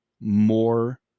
more